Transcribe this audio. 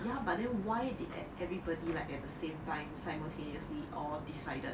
ya but then why did at everybody like at the same time simultaneously all decided